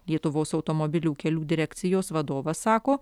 lietuvos automobilių kelių direkcijos vadovas sako